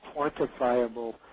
quantifiable